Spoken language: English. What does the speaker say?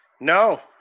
No